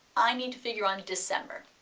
i need to figure on december.